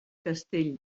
castell